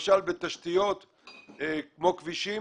למשל בתשתיות כמו כבישים.